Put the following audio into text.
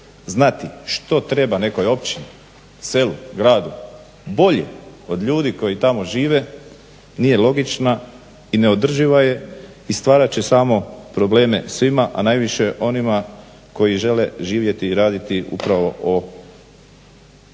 znati što treba nekoj općini, selu, gradu, bolje od ljudi koji tamo žive nije logična i neodrživa je i stvarat će samo probleme svima a najviše onima koji žele živjeti i raditi upravo na